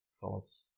thoughts